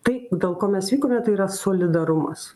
tai dėl ko mes vykome tai yra solidarumas